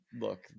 look